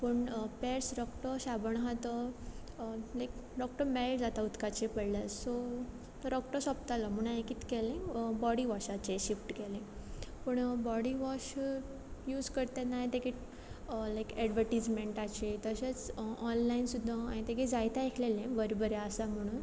पूण पेअर्स रोकडो शाबण आसा तो लायक रोकडो मेल्ट जाता उदकाचे पडल्यार सो तो रोकडो सोंपतालो म्हूण हांवें किदें केलें बॉडी वॉशाचे शिफ्ट केलें पूण बॉडी वॉश यूज करता तेन्ना ताका लायक एडवरटीजमेंटाचे तशेंच ऑनलायन सुद्दां हांवें तेगे जायते आयकलेलें बरें बरें आसा म्हणून